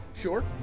Sure